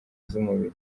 z’umubiri